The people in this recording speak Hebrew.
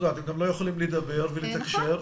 הם לא יכולים לדבר ולתקשר.